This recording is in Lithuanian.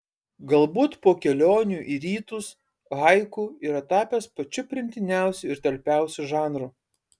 galbūt po kelionių į rytus haiku yra tapęs pačiu priimtiniausiu ir talpiausiu žanru